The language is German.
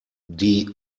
die